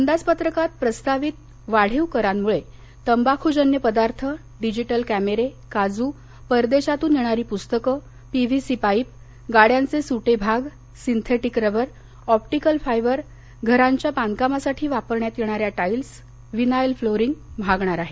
अंदाजपत्रकात प्रस्तावित वाढीव करांमुळे तंबाखूजन्य पदार्थ डिजीटल क्रिरे काजू परदेशातून येणारी पुस्तकं पिव्हीसी पाईप गाड्यांचे सुटे भाग सिंथेटीक रबर ऑप्टीकल फायबर घरांच्या बांधकामासाठी वापरण्यात येणाऱ्या टाइल्स व्हिनाएल फ्लोअरिंग महागणार आहे